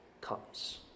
comes